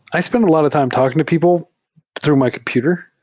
i spent a lot of time talking to people through my computer,